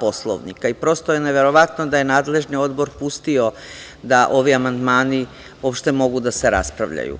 Poslovnika i prosto je neverovatno da je nadležni odbor pustio da ovi amandmani uopšte mogu da se raspravljaju,